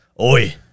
oi